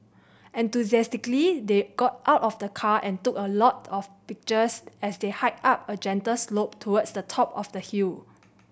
enthusiastically they got out of the car and took a lot of pictures as they hiked up a gentle slope towards the top of the hill